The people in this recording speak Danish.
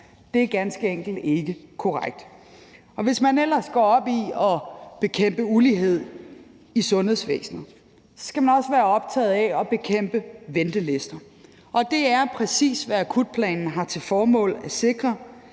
Det er ganske enkelt ikke korrekt, og hvis man ellers går op i at bekæmpe ulighed i sundhedsvæsenet, skal man også være optaget af at bekæmpe ventelister, og det er præcis, hvad akutplanen har til formål at sikre,